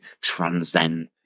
transcend